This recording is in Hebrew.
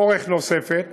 אורך נוספת,